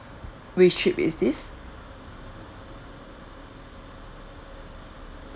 which trip is this